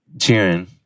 Cheering